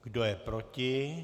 Kdo je proti?